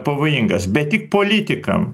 pavojingas bet tik politikam